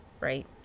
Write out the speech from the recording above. Right